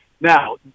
Now